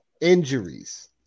Injuries